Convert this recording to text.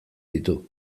ditu